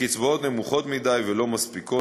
הקצבאות נמוכות מדי ולא מספיקות,